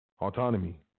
Autonomy